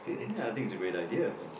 ya I think it's a great idea ya